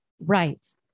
Right